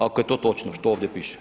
Ako je to točno što ovdje piše.